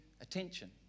attention